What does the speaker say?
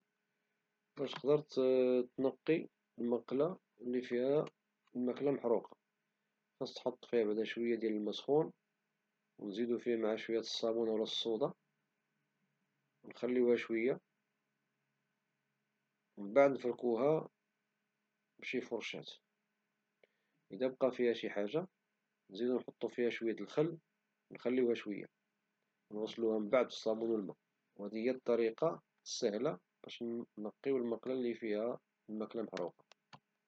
واش تقدر تنقي المقلة اللي فيها الماكلة محروقة؟ خاص تحط فيها بعدا شوية ديال الما سخون او نزيدو فيها معها الصابون ولى الصودا او نخليوها شوية ومن بعد نفركوها بشي فرشات الى بقا فيها شي حاجة نزيدو نحطو فيها شوية د الخل او نخليوها شوية ونغسلوها من بعد بالصابون او الما او هادي هي الطريقة السهلة باش نقيو المقلة اللي فيها الماكلة محروقة